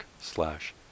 slash